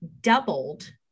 doubled